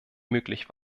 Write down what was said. möglich